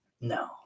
No